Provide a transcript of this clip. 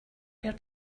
where